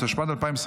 התשפ"ד 2024,